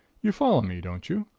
you follow me, don't you?